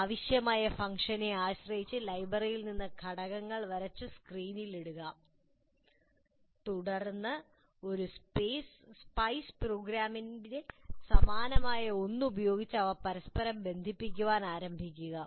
ആവശ്യമായ ഫംഗ്ഷനെ ആശ്രയിച്ച് ലൈബ്രറിയിൽ നിന്ന് ഘടകങ്ങൾ വരച്ച് സ്ക്രീനിൽ ഇടുക തുടർന്ന് ഒരു സ്പൈസ് പ്രോഗ്രാമിന് സമാനമായ ഒന്ന് ഉപയോഗിച്ച് അവ പരസ്പരം ബന്ധിപ്പിക്കാൻ ആരംഭിക്കുക